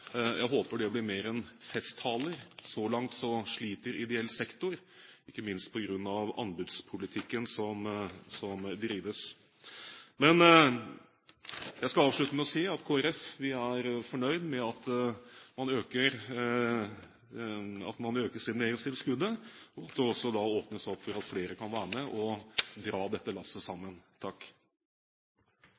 Jeg håper det blir mer enn festtaler. Så langt sliter ideell sektor, ikke minst på grunn av anbudspolitikken som drives. Men jeg skal avslutte med å si at Kristelig Folkeparti er fornøyd med at man øker stimuleringstilskuddet, og at det åpnes opp for at flere kan være med og dra dette lasset.